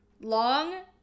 long